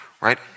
right